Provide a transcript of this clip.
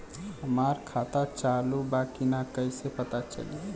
हमार खाता चालू बा कि ना कैसे पता चली?